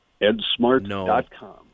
EdSmart.com